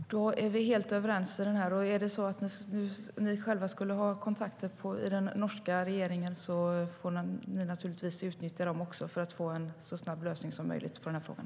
Fru talman! Då är vi helt överens. Om det är så att ni själva skulle ha kontakter i den norska regeringen får ni naturligtvis utnyttja dem också för att vi ska få en så snabb lösning som möjligt på frågan.